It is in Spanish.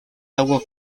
agua